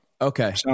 Okay